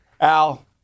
Al